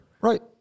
Right